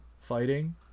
fighting